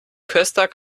köster